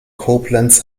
koblenz